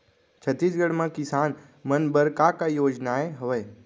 छत्तीसगढ़ म किसान मन बर का का योजनाएं हवय?